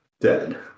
Dead